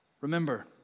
Remember